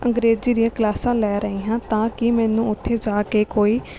ਅੰਗਰੇਜ਼ੀ ਦੀਆਂ ਕਲਾਸਾਂ ਲੈ ਰਹੀ ਹਾਂ ਤਾਂ ਕਿ ਮੈਨੂੰ ਉੱਥੇ ਜਾ ਕੇ ਕੋਈ